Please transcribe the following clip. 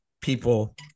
people